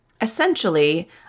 essentially